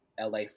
LA